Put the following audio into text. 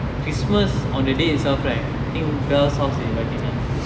christmas on the day itself right I think belle's house they inviting me